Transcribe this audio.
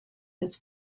his